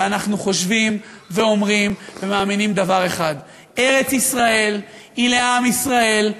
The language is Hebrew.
אנחנו חושבים ואומרים ומאמינים דבר אחד: ארץ-ישראל היא לעם ישראל,